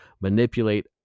manipulate